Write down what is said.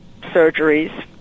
surgeries